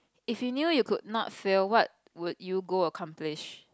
if you knew you could not failed what would you go accomplish